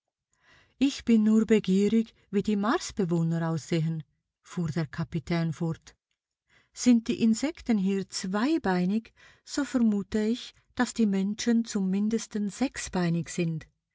ich bin nur begierig wie die marsbewohner aussehen fuhr der kapitän fort sind die insekten hier zweibeinig so vermute ich daß die menschen zum mindesten sechsbeinig sind